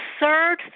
absurd